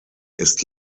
ist